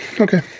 Okay